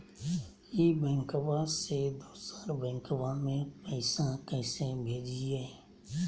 ई बैंकबा से दोसर बैंकबा में पैसा कैसे भेजिए?